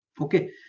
okay